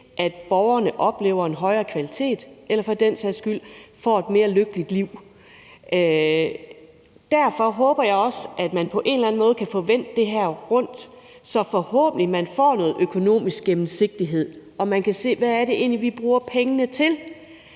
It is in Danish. at borgerne oplever en højere kvalitet eller for den sags skyld får et mere lykkeligt liv. Derfor håber jeg også, at man på en eller anden måde kan få vendt det her rundt, så man forhåbentlig får noget økonomisk gennemsigtighed og man kan se, hvad det egentlig er, vi bruger pengene til.